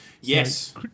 Yes